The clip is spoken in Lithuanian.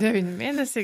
devyni mėnesiai